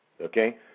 okay